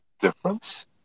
difference